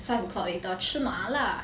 five o'clock later 吃麻辣